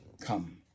come